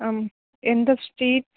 அம் எந்த ஸ்ட்ரீட்